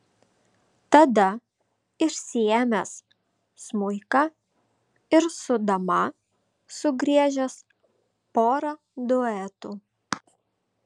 tada išsiėmęs smuiką ir su dama sugriežęs porą duetų